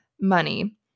money